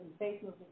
Facebook